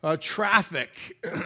Traffic